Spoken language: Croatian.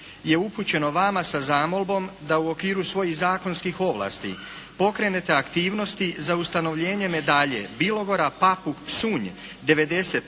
je upućeno vama sa zamolbom da u okviru svojih zakonskih ovlasti pokrene aktivnosti za ustanovljenje medalje "Bilogora", "Papuk", "Psunj'91."